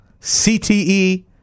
CTE